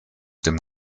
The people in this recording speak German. dem